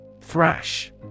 Thrash